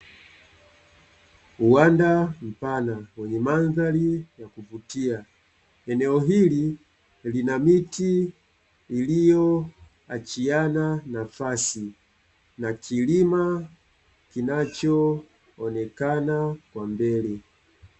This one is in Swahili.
Uwanda mpana wenye mandhari ya kuvutia, eneo hili lina miti iliyoachiana nafasi na kilima kinachoonekana kwa mbele.